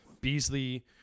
Beasley